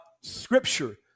scripture